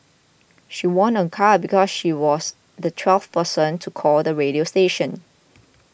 she won a car because she was the twelfth person to call the radio station